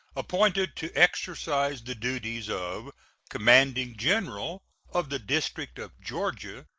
appointed to exercise the duties of commanding general of the district of georgia,